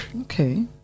Okay